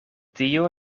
tio